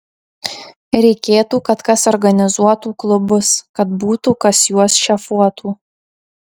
reikėtų kad kas organizuotų klubus kad būtų kas juos šefuotų